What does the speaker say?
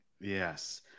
Yes